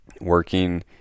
working